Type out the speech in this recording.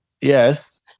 Yes